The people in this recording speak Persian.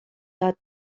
داد